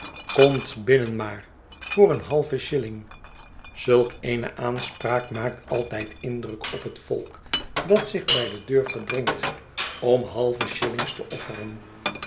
komt binnen maar voor een halven shilling zulk eene aanspraak maakt altyd indruk op het volk dat zich bij de deur verdringt om halve shillings te offeren